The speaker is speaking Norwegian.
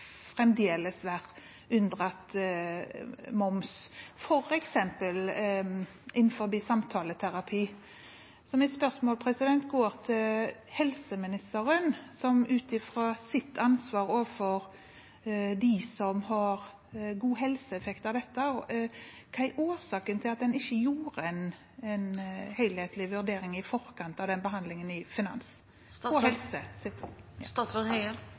være unndratt moms, f.eks. innenfor samtaleterapi. Mitt spørsmål til helseministeren, ut fra hans ansvar overfor dem som har god helseeffekt av dette, er: Hva er årsaken til at en ikke gjorde en helhetlig vurdering i forkant av den behandlingen i